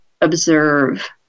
observe